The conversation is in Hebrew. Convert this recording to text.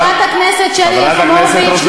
חברת הכנסת שלי יחימוביץ,